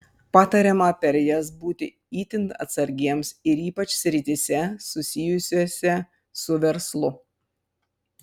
patariama per jas būti itin atsargiems ir ypač srityse susijusiose su verslu